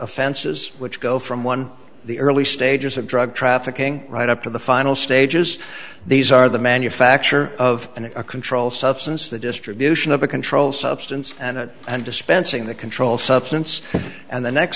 offenses which go from one the early stages of drug trafficking right up to the final stages these are the manufacture of a controlled substance the distribution of a controlled substance and and dispensing the controlled substance and the next